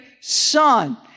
son